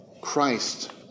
Christ